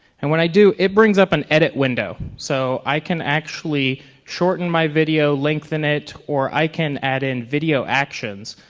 and when i do, it brings up an edit window. so i can actually shorten my video, lengthen it or i can add in video actions.